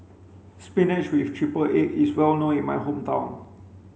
Spinach with triple egg is well known in my hometown